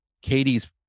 Katie's